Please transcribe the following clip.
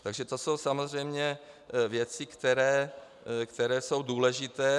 Takže to jsou samozřejmě věci, které jsou důležité.